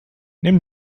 nimm